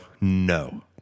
No